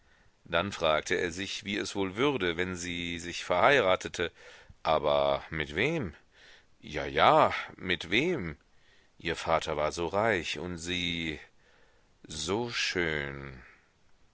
dann fragte er sich wie es wohl würde wenn sie sich verheiratete aber mit wem ja ja mit wem ihr vater war so reich und sie so schön